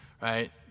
right